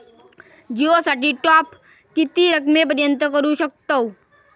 जिओ साठी टॉप किती रकमेपर्यंत करू शकतव?